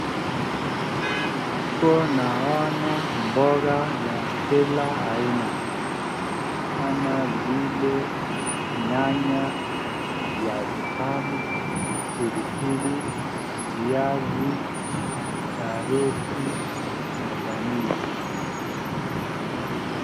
Hapo naona mboga ya kila aina kama vile nyanya, viazi tamu, pilipili, viazi, karoti na dania.